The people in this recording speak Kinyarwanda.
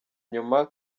nyuma